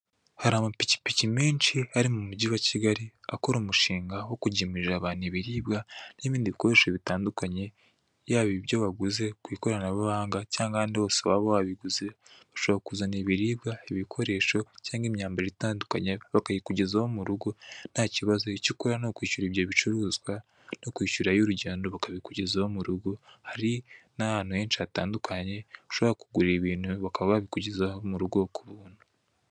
Hari amapikipiki menshi ari mu mujyi wa Kigali, akora umushinga wo kugemurira abantu ibiribwa n'ibindi bikoresho bitandukanye, yaba ibyo waguze ku ikoranabuhanga cyangwa ahandi hose waba wabiguze, ushobora kuzana ibiribwa, ibikoresho cyangwa imyambaro itandukanye, bakayikugezaho mu rugo nta kibazo, icyo ukora ni ukwishyura ibyo bicuruzwa no kwishyura ay'urugendo bakabikugezaho mu rugo, hari n'ahantu henshi hatandukanye ushobora kugurira ibintu bakaba babikugezaho mu rugo ku buntu. e e